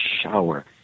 shower